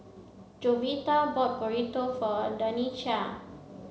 Jovita bought Burrito for Danica